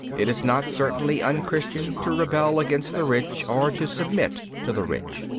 it is not certainly un-christian to rebel against the rich or to submit to the rich.